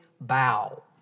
bow